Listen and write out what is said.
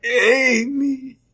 Amy